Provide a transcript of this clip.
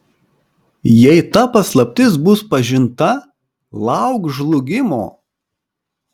jei ta paslaptis bus pažinta lauk žlugimo